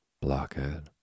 Blockhead